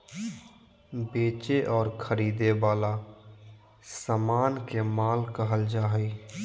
बेचे और खरीदे वला समान के माल कहल जा हइ